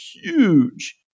huge